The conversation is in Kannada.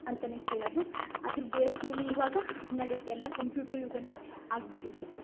ಅಂತ ಕೇಳೊದು ಅದ್ರ ಬೇಸ್ ಮೇಲೆ ಇವಾಗ ನಡಿಯುತ್ತೆ ಎಲ್ಲ ಕಂಪ್ಯೂಟ್ರು ಯುಗ ಆಗಿಬಿಟ್ಟಿದೆ